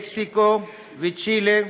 מקסיקו וצ'ילה,